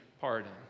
pardon